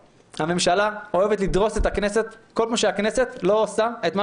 הממשלה אוהבת לדרוס את הכנסת כל פעם שהכנסת לא עושה את מה